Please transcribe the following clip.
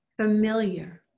familiar